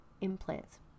implants